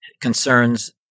concerns